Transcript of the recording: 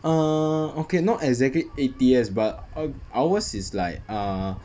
err okay not exactly A_T_S but ou~ ours is like err